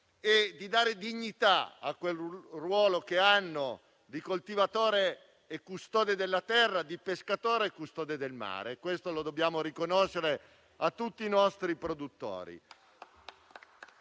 e di dare dignità al ruolo di coltivatori e custodi della terra, di pescatori e custodi del mare. Questo lo dobbiamo riconoscere a tutti i nostri produttori.